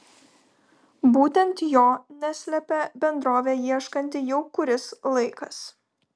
būtent jo neslepia bendrovė ieškanti jau kuris laikas